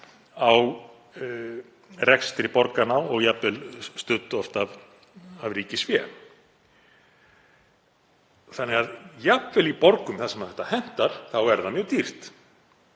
á rekstri borganna og jafnvel oft studd af ríkisfé. Þannig að jafnvel í borgum þar sem það hentar er það mjög dýrt.